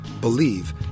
believe